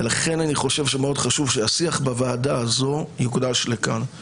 אני חושב שמאוד חשוב שהשיח בוועדה הזו יוקדש לכאן.